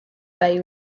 bay